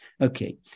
Okay